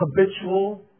habitual